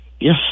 Yes